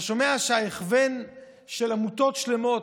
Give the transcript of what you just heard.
אתה שומע שההכוון של עמותות שלמות,